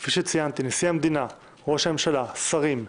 כפי שציינתי, נשיא המדינה, ראש הממשלה, שרים,